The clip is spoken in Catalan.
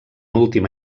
última